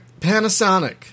Panasonic